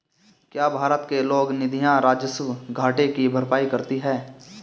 क्या भारत के लोक निधियां राजस्व घाटे की भरपाई करती हैं?